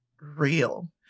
Real